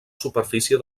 superfície